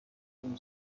گیرم